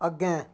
अग्गें